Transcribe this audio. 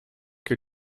que